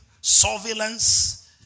Surveillance